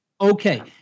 Okay